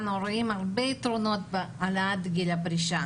אנחנו רואים הרבה יתרונות בהעלאת גיל הפרישה